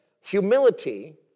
humility